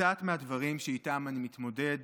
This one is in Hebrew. קצת מהדברים שאיתם אני מתמודד